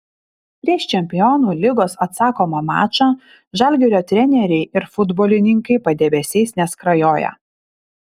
prieš čempionų lygos atsakomą mačą žalgirio treneriai ir futbolininkai padebesiais neskrajoja